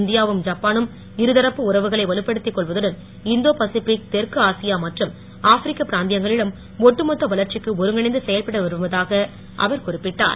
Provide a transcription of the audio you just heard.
இந்தியாவும் ஜப்பானும் இருதரப்பு உறவுகளை வலுப்படுத்திக் கொள்வதுடன் இந்தோ பசிபிக் தெற்கு ஆசியா மற்றும் ஆப்பிரிக்க பிராந்தியங்களிலும் ஒட்டு மொத்த வளர்ச்சிக்கு ஒருங்கிணைந்து செயல்பட விரும்புவதாக அவர் குறிப்பிட்டார்